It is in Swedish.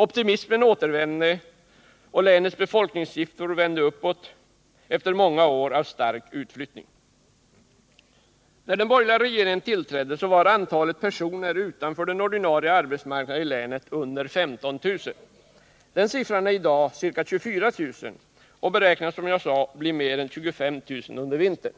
Optimismen återvände, och länets befolkningssiffror vände uppåt efter många år av stark utflyttning. När den borgerliga regeringen tillträdde var antalet personer utanför den ordinarie arbetsmarknaden i länet under 15 000. Siffran är i dag ca 24 000 och beräknas bli mer än 25 000 under vintern.